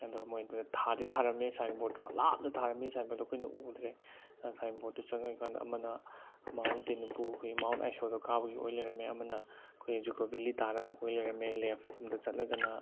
ꯑꯗꯣ ꯃꯣꯏꯗꯣ ꯊꯥꯗꯤ ꯊꯥꯔꯝꯃꯦ ꯁꯥꯏꯟ ꯕꯣꯗꯇꯣ ꯂꯥꯞꯅ ꯊꯥꯔꯝꯃꯤ ꯁꯥꯏꯟ ꯕꯣꯗꯇꯣ ꯑꯩꯈꯣꯏꯅ ꯎꯗ꯭ꯔꯦ ꯁꯥꯏꯟ ꯕꯣꯗꯇꯣ ꯆꯪꯉ ꯌꯦꯡꯀꯥꯟꯗ ꯑꯃꯅ ꯃꯥꯎꯟ ꯇꯦꯅꯨꯄꯨ ꯑꯩꯈꯣꯏꯒꯤ ꯃꯥꯎꯟ ꯑꯥꯏꯁꯣꯗꯣ ꯀꯥꯕꯒꯤ ꯑꯣꯏ ꯂꯩꯔꯝꯃꯦ ꯑꯃꯅ ꯑꯩꯈꯣꯏ ꯖꯨꯀꯣ ꯕꯦꯂꯤ ꯇꯥꯅꯕ ꯑꯣꯏ ꯂꯩꯔꯝꯃꯦ ꯂꯦꯐꯂꯣꯝꯗ ꯆꯠꯂꯒꯅ